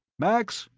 max,